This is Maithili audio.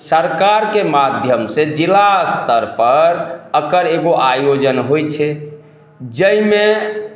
सरकारके माध्यमसँ जिला स्तरपर अकर एगो आयोजन होइ छै जइमे